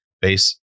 base